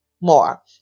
more